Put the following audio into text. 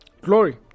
glory